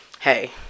Hey